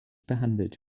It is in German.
behandelt